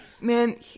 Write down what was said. man